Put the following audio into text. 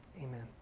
amen